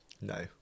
no